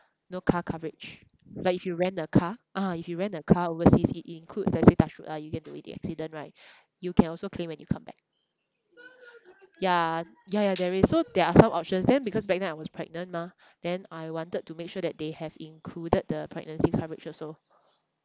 know car coverage like if you rent a car ah if you rent a car overseas it includes let's say touch wood ah you get into accident right you can also claim when you come back ya ya ya there is so there are some options then because back then I was pregnant mah then I wanted to make sure that they have included the pregnancy coverage also